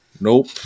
Nope